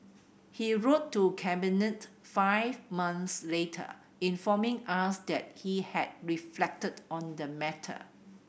he wrote to Cabinet five months later informing us that he had reflected on the matter